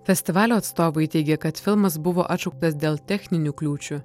festivalio atstovai teigia kad filmas buvo atšauktas dėl techninių kliūčių